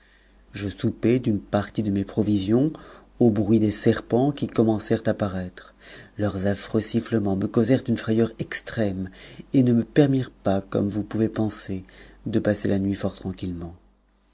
je t u d'une partie de mes provisions au bruit des serpents qui commencèrent à paraître leurs affreux sifflements me causèrent une fraveu c x trême et ne me permirent pascomme vous pouvez penser de m la nuit fort tranquillement